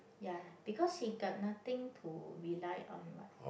ya because he got nothing to rely on what